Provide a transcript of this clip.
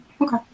Okay